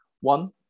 One